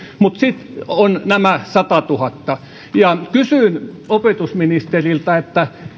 mutta sitten ovat nämä satatuhatta ja kysyn opetusministeriltä